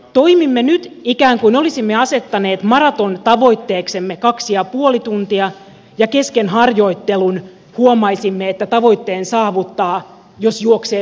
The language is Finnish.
toimimme nyt ikään kuin olisimme asettaneet maratontavoitteeksemme kaksi ja puoli tuntia ja kesken harjoittelun huomaisimme että tavoitteen saavuttaa jos juoksee puolimaratonin